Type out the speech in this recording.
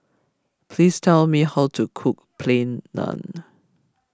please tell me how to cook Plain Naan